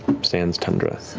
sands tundra.